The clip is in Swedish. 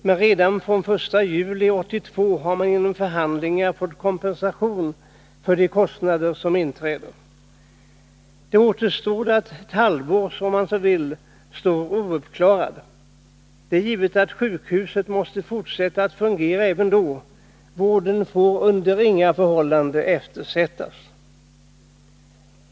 Men efter förhandlingar står det klart att landstinget redan från den 1 juli 1982 kommer att få kompensation för de kostnader som inträder. Då återstår det ett — om man så vill uttrycka det — ouppklarat halvår. Det är givet att sjukhuset måste fortsätta att fungera även då. Vården får under inga förhållanden eftersättas.